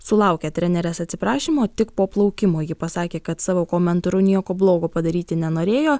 sulaukė trenerės atsiprašymo tik po plaukimo ji pasakė kad savo komentaru nieko blogo padaryti nenorėjo